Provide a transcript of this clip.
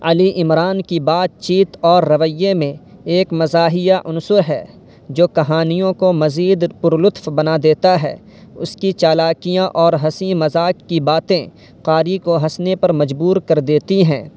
علی عمران کی بات چیت اور رویے میں ایک مزاحیہ عنصر ہے جو کہانیوں کو مزید پرلطف بنا دیتا ہے اس کی چالاکیاں اور ہنسی مذاق کی باتیں قاری کو ہنسنے پر مجبور کر دیتی ہیں